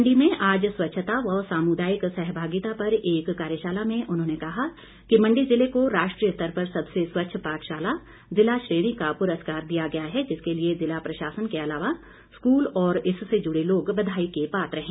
मण्डी में आज स्वच्छता व सामूदायिक सहभागिता पर एक कार्यशाला में उन्होंने कहा कि मण्डी जिले ने राष्ट्रीय स्तर पर सबसे स्वच्छ पाठशाला जिला श्रेणी का पुरस्कार दिया गया है जिसके लिए जिला प्रशासन के अलावा स्कूल और इससे जुड़े लोग बधाई के पात्र हैं